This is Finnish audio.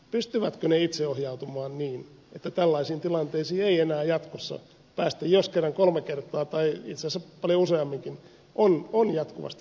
pystyvätkö ne itseohjautumaan niin että tällaisiin tilanteisiin ei enää jatkossa päästä jos kerran kolme kertaa tai itse asiassa paljon useamminkin on jatkuvasti niihin ajauduttu